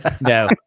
No